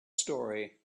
story